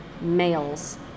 males